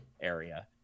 area